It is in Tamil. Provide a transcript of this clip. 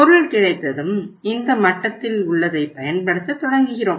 பொருள் கிடைத்ததும் இந்த மட்டத்தில் உள்ளதைப் பயன்படுத்தத் தொடங்குகிறோம்